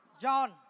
John